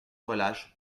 relâche